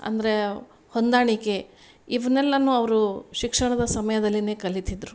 ಅಂದರೆ ಹೊಂದಾಣಿಕೆ ಇವ್ನೆಲ್ಲನು ಅವರು ಶಿಕ್ಷಣದ ಸಮಯದಲ್ಲಿನೇ ಕಲಿತಿದ್ದರು